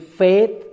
faith